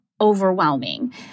overwhelming